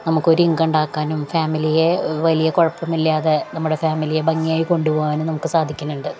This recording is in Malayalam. നമുക്കൊരു ഇൻകം ഉണ്ടാക്കാനും ഫാമിലിയെ വലിയ കുഴപ്പമൊന്നുമില്ലാതെ നമ്മുടെ ഫാമിലിയെ ഭംഗിയായി കൊണ്ടുപോവാനും നമുക്കു സാധിക്കുന്നുണ്ട്